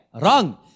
Wrong